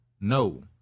no